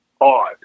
odd